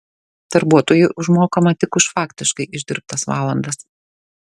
darbuotojui užmokama tik už faktiškai išdirbtas valandas